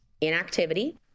Inactivity